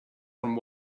from